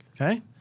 Okay